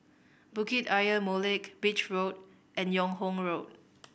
Bukit Ayer Molek Beach Road and Yung Ho Road